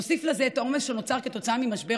נוסיף לזה את העומס שנוצר כתוצאה ממשבר